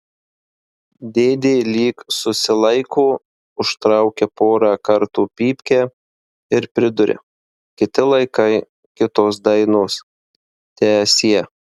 dėdė lyg susilaiko užtraukia porą kartų pypkę ir priduria kiti laikai kitos dainos teesie